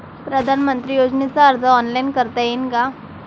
पंतप्रधान योजनेचा अर्ज ऑनलाईन करता येईन का?